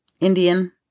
Indian